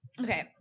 okay